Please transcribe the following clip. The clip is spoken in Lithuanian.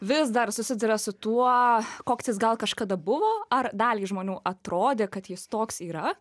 vis dar susiduria su tuo koks jis gal kažkada buvo ar daliai žmonių atrodė kad jis toks yra